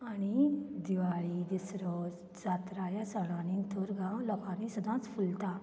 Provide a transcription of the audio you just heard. आनी दिवाळी दिसरो जात्रा ह्या सणांनी तर गांव लोकांनी सदांच फुलता